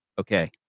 Okay